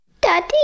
Daddy